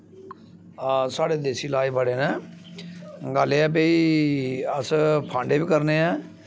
हां साढ़े देसी लाज बड़े न गल्ल एह् ऐ भई अस फांडे बी करने आं